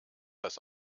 das